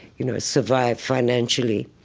you know, survive financially,